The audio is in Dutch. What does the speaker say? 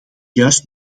juist